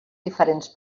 diferents